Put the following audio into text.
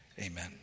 amen